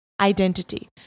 Identity